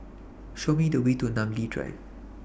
Show Me The Way to Namly Drive